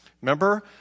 Remember